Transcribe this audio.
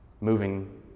moving